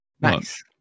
Nice